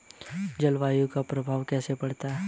जलवायु का प्रभाव कैसे पड़ता है?